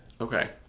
Okay